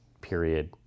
period